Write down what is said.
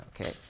okay